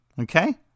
Okay